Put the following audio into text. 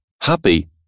happy